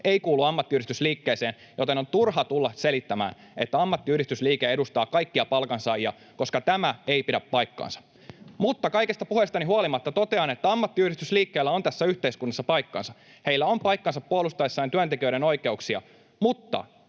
ei kuulu ammattiyhdistysliikkeeseen, joten on turha tulla selittämään, että ammattiyhdistysliike edustaa kaikkia palkansaajia, koska tämä ei pidä paikkaansa. Mutta kaikesta puheestani huolimatta totean, että ammattiyhdistysliikkeellä on tässä yhteiskunnassa paikkansa. Heillä on paikkansa puolustaessaan työntekijöiden oikeuksia. Mutta